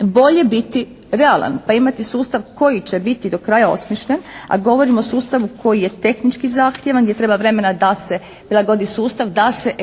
bolje biti realan pa imati sustav koji će biti do kraja osmišljen a govorim o sustavu koji je tehnički zahtjevan gdje treba vremena da se prilagodi sustav, da se